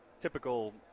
typical –